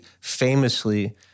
famously